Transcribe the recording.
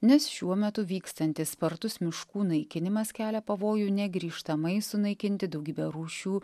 nes šiuo metu vykstantis spartus miškų naikinimas kelia pavojų negrįžtamai sunaikinti daugybę rūšių